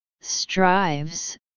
Strives